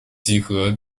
集合